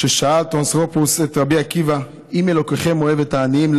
ששאל טורנוסרופוס את רבי עקיבא: אם אלוקיכם אוהב את העניים,